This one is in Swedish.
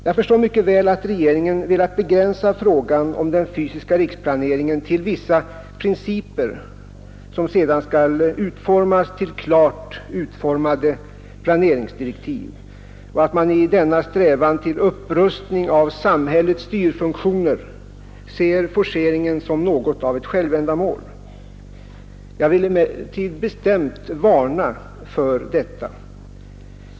Jag förstår mycket väl att regeringen velat begränsa frågan om den fysiska riksplaneringen till vissa principer som sedan skall utformas till klart uttalade planeringsdirektiv och att man i denna strävan till upprustning av samhällets styrfunktioner ser forceringen som något av ett självändamål. Jag vill emellertid bestämt varna för detta.